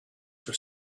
for